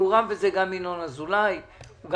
מעורב בזה גם ינון אזולאי שדיבר